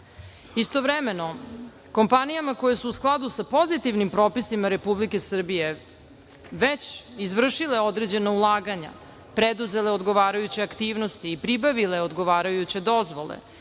Istovremeno kompanijama koje su u skladu sa pozitivnim propisima Republike Srbije već izvršile određena ulaganja, preduzele odgovarajuće aktivnosti i pribavile odgovarajuće dozvole